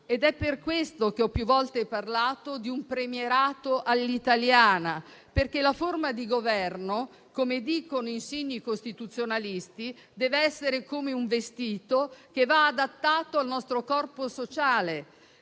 ed è per questo che ho più volte parlato di un premierato all'italiana. La forma di governo - come dicono insigni costituzionalisti - deve essere come un vestito che va adattato al nostro corpo sociale,